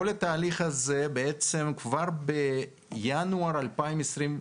כל התהליך הזה בעצם כבר בינואר 2011,